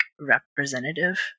representative